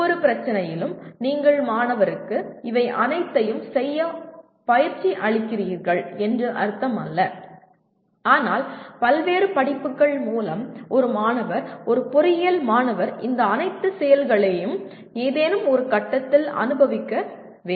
ஒவ்வொரு பிரச்சனையிலும் நீங்கள் மாணவருக்கு இவை அனைத்தையும் செய்ய பயிற்சி அளிக்கிறீர்கள் என்று அர்த்தமல்ல ஆனால் பல்வேறு படிப்புகள் மூலம் ஒரு மாணவர் ஒரு பொறியியல் மாணவர் இந்த அனைத்து செயல்களையும் ஏதேனும் ஒரு கட்டத்தில் அனுபவிக்க வேண்டும்